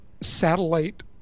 Satellite